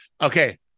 okay